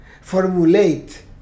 formulate